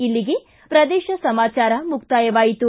ಇಲ್ಲಿಗೆ ಪ್ರದೇಶ ಸಮಾಚಾರ ಮುಕ್ತಾಯವಾಯಿತು